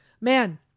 man